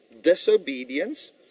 disobedience